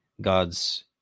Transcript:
God's